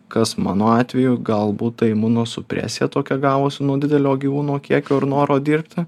kas mano atveju galbūt tai imunosupresija tokia gavosi nuo didelio gyvūnų kiekio ir noro dirbti